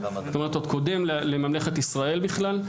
זאת אומרת עוד קודם לממלכת ישראל בכלל,